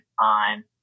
on